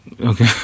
okay